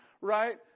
right